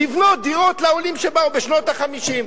לבנות דירות לעולים שבאו בשנות ה-50.